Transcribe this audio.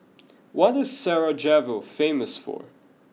what is Sarajevo famous for